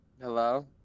Hello